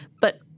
But-